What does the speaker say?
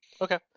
okay